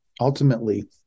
Ultimately